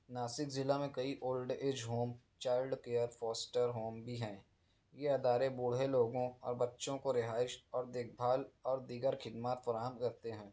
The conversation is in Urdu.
ناسک ضلع میں کئی old age home child care foster home بھی ہیں یہ ادارے بوڑھے لوگوں اور بچوں کو رہائش اور دیکھ بھال اور دیگر خدمات فراہم کرتے ہیں